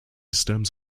stems